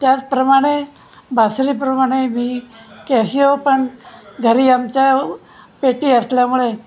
त्याचप्रमाणे बासरीप्रमाणे मी कॅशिओ पण घरी आमच्या पेटी असल्यामुळे